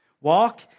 Walk